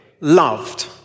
loved